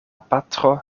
patro